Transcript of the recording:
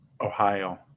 Ohio